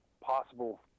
possible